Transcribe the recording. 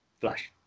flash